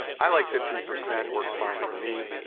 i like fifteen percent. works fine for me.